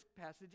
passage